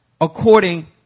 according